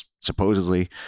supposedly